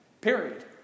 Period